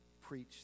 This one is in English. preach